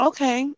Okay